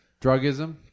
Drugism